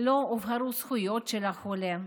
לא הובהרו הזכויות של החולה.